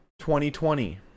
2020